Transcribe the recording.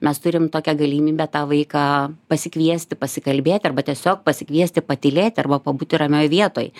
mes turim tokią galimybę tą vaiką pasikviesti pasikalbėti arba tiesiog pasikviesti patylėti arba pabūti ramioj vietoj